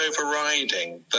overriding